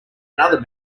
another